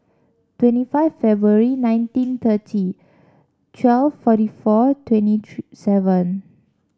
twenty five February nineteen thirty twelve forty four twenty three seven